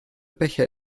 becher